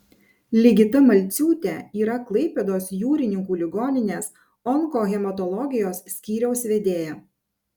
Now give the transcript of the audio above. ligita malciūtė yra klaipėdos jūrininkų ligoninės onkohematologijos skyriaus vedėja